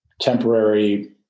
temporary